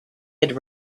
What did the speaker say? had